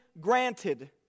granted